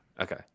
Okay